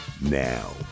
now